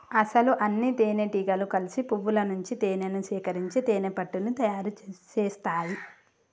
అసలు అన్నితేనెటీగలు కలిసి పువ్వుల నుంచి తేనేను సేకరించి తేనెపట్టుని తయారు సేస్తాయి